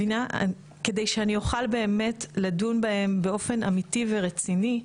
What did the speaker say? כדי שאני אוכל באמת לדון בהם באופן אמיתי ורציני,